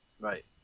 right